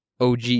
OG